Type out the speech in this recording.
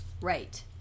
Right